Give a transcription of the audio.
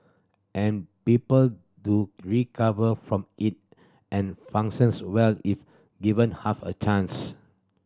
and people do recover from it and functions well if given half a chance